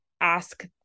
ask